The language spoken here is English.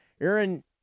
Aaron